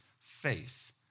faith